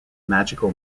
magical